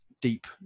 deep